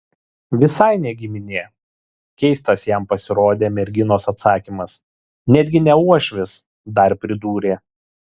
visai ne giminė keistas jam pasirodė merginos atsakymas netgi ne uošvis dar pridūrė